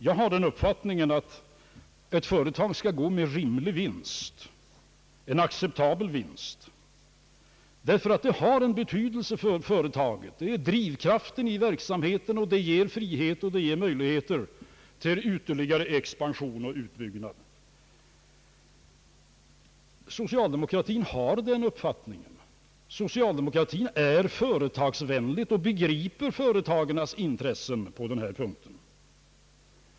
Jag har den uppfattningen att ett företag skall gå med en rimlig och acceptabel vinst. Den har betydelse för företaget, ty den är drivkraften i verksamheten och ger frihet och möjlighet till ytterligare expansion och utbyggnad. Socialdemokratin har den uppfattningen. Socialdemokratin är företagsvänlig och förstår företagarnas intressen på denna punkt.